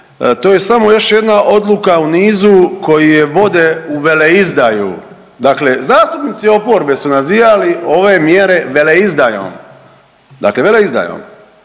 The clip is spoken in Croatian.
to je samo još jedna odluka u nizu koji je vode u veleizdaju, dakle zastupnici oporbe su nazivali ove mjere veleizdajom, dakle veleizdajom.